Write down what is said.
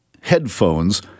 headphones